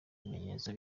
ibimenyetso